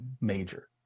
major